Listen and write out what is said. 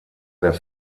der